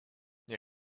nie